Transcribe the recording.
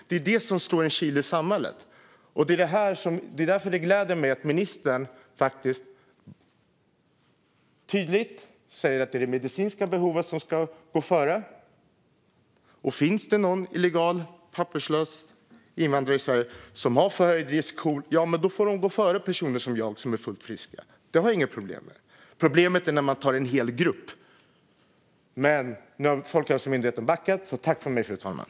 Det är det som slår in en kil i samhället, och det är därför som det gläder mig att ministern faktiskt tydligt säger att det är det medicinska behovet som ska gå före. Finns det sedan någon illegal papperslös invandrare i Sverige som har förhöjd risk, ja, då får den personen gå före personer som jag som är fullt friska. Det har jag inga problem med. Problemet är när man tar en hel grupp. Nu har dock Folkhälsomyndigheten backat. Tack för mig, fru talman!